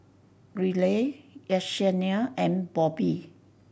Ryleigh Yessenia and Bobbi